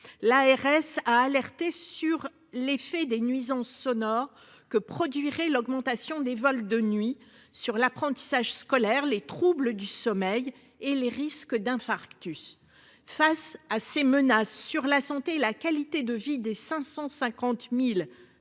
L'ARS a alerté sur l'effet des nuisances sonores que produirait l'augmentation des vols de nuit sur l'apprentissage scolaire les troubles du sommeil et les risques d'infarctus. Face à ces menaces sur la santé, la qualité de vie des 550.000